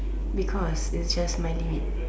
because it's just my limit